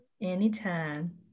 Anytime